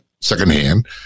secondhand